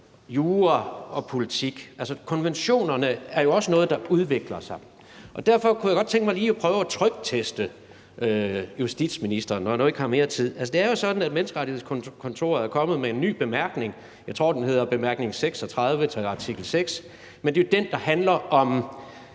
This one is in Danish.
jura og politik. Altså, konventionerne er jo også noget, der udvikler sig, og derfor kunne jeg godt tænke mig lige at prøve at trykteste justitsministeren, når nu jeg ikke har mere tid. Det er jo sådan, at Menneskerettighedskontoret er kommet med en ny bemærkning. Jeg tror, den hedder bemærkning 36 til artikel 6, men det er jo den, der handler om